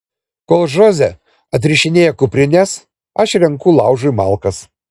kol žoze atrišinėja kuprines aš renku laužui malkas